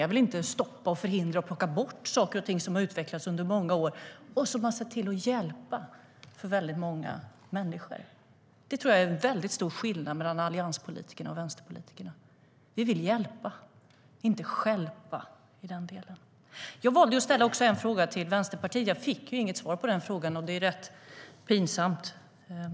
Jag vill inte stoppa, förhindra och plocka bort saker och ting som har utvecklats under många år och som har hjälpt många människor. Det tror jag är en stor skillnad mellan allianspolitikerna och vänsterpolitikerna. Vi vill hjälpa och inte stjälpa i den delen. Jag valde att ställa en fråga till Vänsterpartiet. Jag fick inget svar på den frågan. Det är rätt pinsamt.